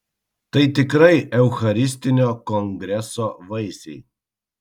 tai tikrai eucharistinio kongreso vaisiai